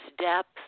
depth